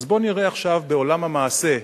אז בוא ונראה עכשיו בעולם המעשה,